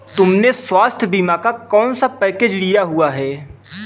तुमने स्वास्थ्य बीमा का कौन सा पैकेज लिया हुआ है?